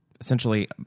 essentially